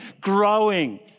growing